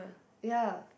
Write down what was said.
ya